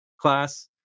class